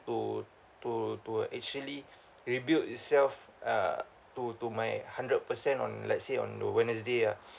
to to to actually rebuild itself uh to to my hundred percent on let's say on the wednesday ah